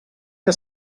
que